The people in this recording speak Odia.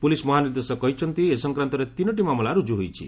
ପୁଲିସ୍ ମହାନିର୍ଦ୍ଦେଶକ କହିଛନ୍ତି ଏ ସଂକ୍ରାନ୍ତରେ ତିନିଟି ମାମଲା ରୁକ୍କୁ ହୋଇଛି